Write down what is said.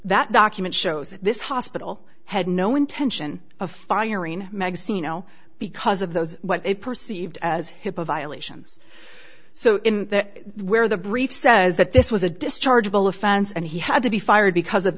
that document shows that this hospital had no intention of firing magazine no because of those what they perceived as hipaa violations so in that where the brief says that this was a dischargeable offense and he had to be fired because of